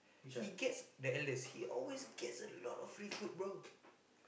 he gets the eldest he always gets a lot of free food bro